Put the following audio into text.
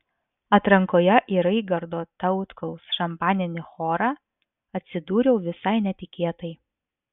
atrankoje į raigardo tautkaus šampaninį chorą atsidūriau visai netikėtai